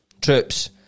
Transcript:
troops